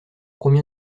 combien